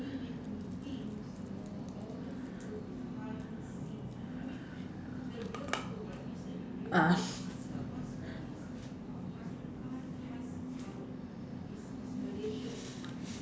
ah